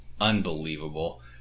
unbelievable